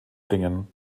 bringen